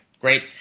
great